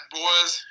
boys